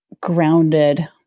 grounded